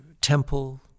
temple